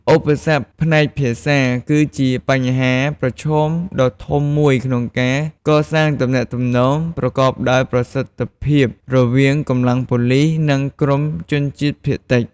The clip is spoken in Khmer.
ឧបសគ្គផ្នែកភាសាគឺជាបញ្ហាប្រឈមដ៏ធំមួយក្នុងការកសាងទំនាក់ទំនងប្រកបដោយប្រសិទ្ធភាពរវាងកម្លាំងប៉ូលិស និងក្រុមជនជាតិភាគតិច។